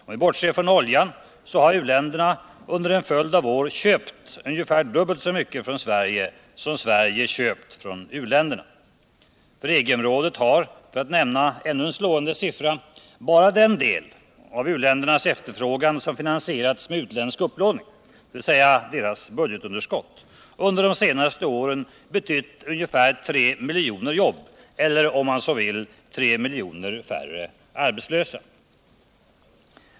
Om vi bortser från oljan, så har u-länderna under en följd av år köpt ungefär dubbelt så mycket från Sverige som Sverige köpt från u-länderna. För EG området har, för att nämna ännu en slående siffra, bara den del av u-ländernas efterfrågan som finansierats med utländsk upplåning — dvs. deras budgetunderskott — under de senaste åren betytt ungefär tre miljoner jobb eller, om man så vill, tre miljoner färre arbetslösa.